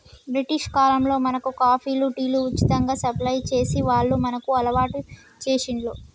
British కాలంలో మనకు కాఫీలు, టీలు ఉచితంగా సప్లై చేసి వాళ్లు మనకు అలవాటు చేశిండ్లు